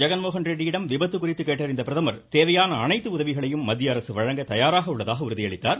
ஜெகன் மோகன் ரெட்டியிடம் விபத்து குறித்து கேட்டறிந்த பிரதமர் தேவையான அனைத்து உதவிகளையும் மத்தியஅரசு வழங்க தயாராக உள்ளதாக உறுதியளித்தார்